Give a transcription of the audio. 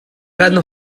kan